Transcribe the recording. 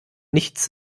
nichts